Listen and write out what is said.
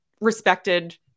respected